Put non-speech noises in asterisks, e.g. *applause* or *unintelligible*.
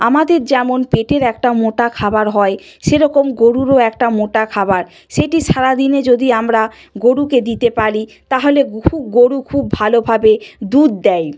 আমাদের যেমন পেটের একটা মোটা খাবার হয় সে রকম গরুরও একটা মোটা খাবার সেটি সারা দিনে যদি আমরা গরুকে দিতে পারি তা হলে *unintelligible* গরু খুব ভালো ভাবে দুধ দেয়